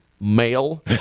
male